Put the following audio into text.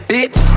Bitch